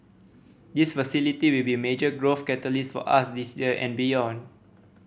this facility will be major growth catalyst for us this year and beyond